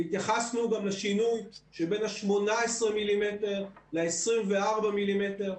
התייחסנו גם לשינוי בין ה-18 מילימטרים ל-24 מילימטרים,